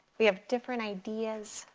we have different ideas,